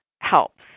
helps